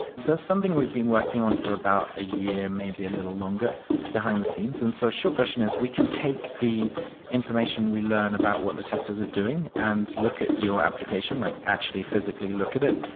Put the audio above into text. so something we've been working on for about a year, maybe a little longer behind the scenes. the and so short version is we can take the information we learned about what the testers are doing and look at your application, like actually physically look at it,